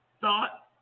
thought